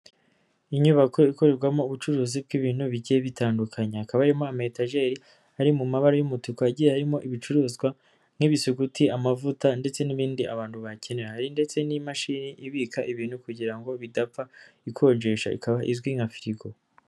Inyubako ikorerwamo ubucuruzi bw'ibintu bike bitandukanye ,kabarimo amatageri ari mu mabara y'umutuku yagiye harimo ibicuruzwa nk'ibisuguti amavuta ndetse n'ibindi abantu bayakenera ndetse n'imashini ibika ibintu kugira ngo bidapfakonjesha ikaba izwi nka firigo.